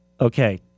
Okay